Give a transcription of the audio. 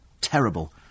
Terrible